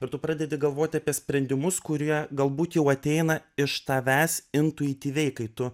ir tu pradedi galvoti apie sprendimus kurie galbūt jau ateina iš tavęs intuityviai kai tu